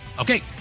Okay